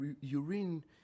urine